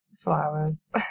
flowers